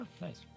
nice